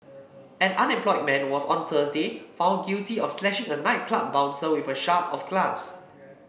an unemployed man was on Thursday found guilty of slashing a nightclub bouncer with a shard of glass